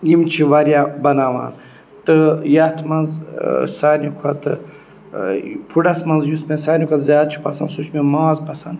یِم چھِ واریاہ بَناوان تہٕ یَتھ منٛز سارنی کھۄتہٕ فُڈَس منٛز یُس مےٚ ساروی کھۄتہٕ زیادٕ چھِ پَسنٛد سُہ چھِ مےٚ ماز پَسنٛد